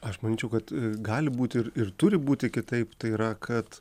aš manyčiau kad gali būti ir ir turi būti kitaip tai yra kad